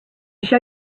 show